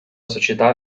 società